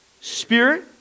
spirit